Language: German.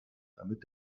damit